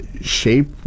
shape